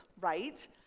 right